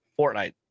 fortnite